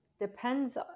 depends